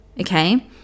Okay